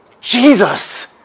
Jesus